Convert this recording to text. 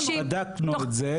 בדקנו את זה.